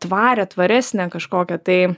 tvarią tvaresnę kažkokią tai